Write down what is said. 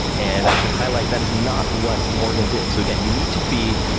and i should highlight that is not what morgan did. so again, you need to be,